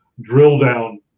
drill-down